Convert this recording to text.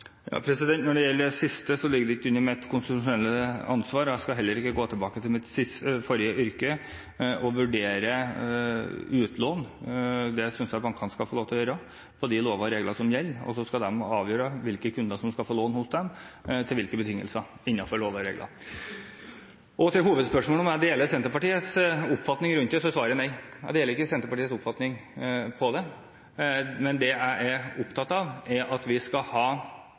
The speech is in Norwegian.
Når det gjelder det siste, ligger det ikke under mitt konstitusjonelle ansvar, og jeg skal heller ikke gå tilbake til mitt forrige yrke og vurdere utlån. Det synes jeg bankene skal få lov til å gjøre, etter de lover og regler som gjelder, og så skal de avgjøre hvilke kunder som skal få lån hos dem, til hvilke betingelser, innenfor lover og regler. Til hovedspørsmålet, om jeg deler Senterpartiets oppfatning rundt det, så er svaret nei, jeg deler ikke Senterpartiets oppfatning av det. Det jeg er opptatt av, er at vi skal ha